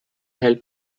help